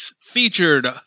featured